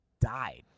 died